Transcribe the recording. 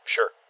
Sure